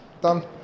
done